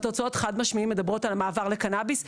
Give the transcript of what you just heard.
התוצאות, חד משמעית, מדברות על מעבר לקנביס.